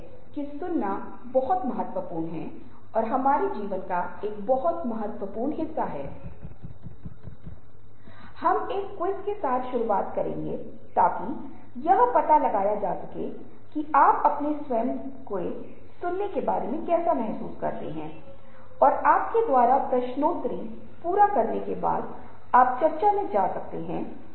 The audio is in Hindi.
इसलिए यह बहुत महत्वपूर्ण है कि हम क्या संवाद करते हैं लेकिन यह अभी भी अधिक महत्वपूर्ण है कि हम कैसे संवाद करते हैं यह बहुत मायने रखता है क्योंकि बदलते समय के साथ लोग बहुत संवेदनशील हो गए हैं और जब भी हम लोगों के साथ बातचीत कर रहे होते हैं हमें अपने संचारी व्यवहार के बारे में बहुत जागरूक होना पड़ता है